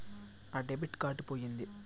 నా debit card పోయింది